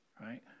right